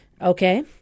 Okay